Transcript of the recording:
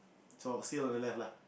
so seal on the left lah